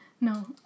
No